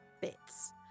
bits